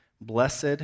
Blessed